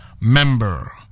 member